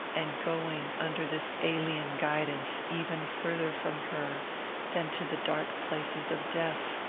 and going, under this alien guidance, even farther from her than to the dark places of death.